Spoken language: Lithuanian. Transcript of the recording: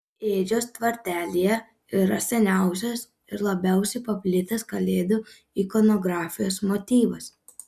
ėdžios tvartelyje yra seniausias ir labiausiai paplitęs kalėdų ikonografijos motyvas